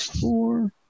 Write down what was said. Four